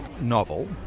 novel